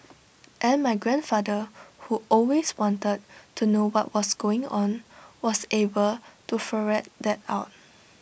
and my grandfather who always wanted to know what was going on was able to ferret that out